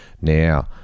now